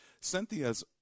Cynthia's